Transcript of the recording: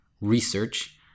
research